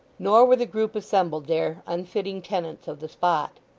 nor were the group assembled there, unfitting tenants of the spot.